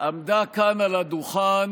עמדה כאן על הדוכן,